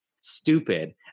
stupid